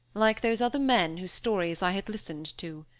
like those other men whose stories i had listened to!